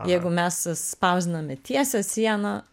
jeigu mes spausdiname tiesią sieną